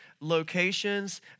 locations